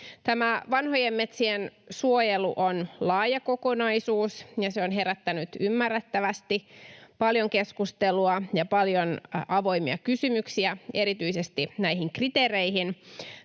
vanhojen metsien suojelu on laaja kokonaisuus, ja se on herättänyt ymmärrettävästi paljon keskustelua ja paljon avoimia kysymyksiä erityisesti näihin kriteereihin